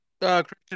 Christian